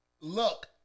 Look